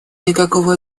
никакого